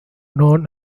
known